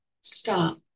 stop